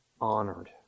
honored